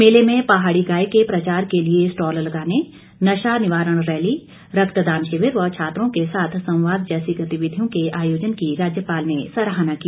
मेले में पहाड़ी गाय के प्रचार के लिए स्टॉल लगाने नशा निवारण रैली रक्तदान शिविर व छात्रों के साथ संवाद जैसी गतिविधियों के आयोजन की राज्यपाल ने सराहना की